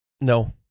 No